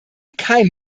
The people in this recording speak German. kein